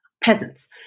peasants